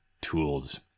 tools